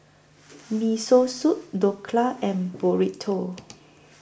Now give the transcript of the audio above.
Miso Soup Dhokla and Burrito